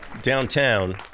Downtown